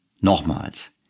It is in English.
Nochmals